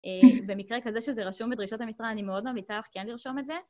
במקרה כזה שזה רשום בדרישות המשרה, אני מאוד ממליצה לך כן לרשום את זה.